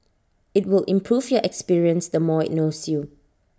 IT will improve your experience the more IT knows you